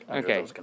okay